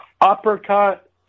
uppercut